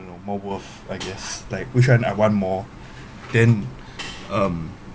don't know more worth I guess like which one I want more then um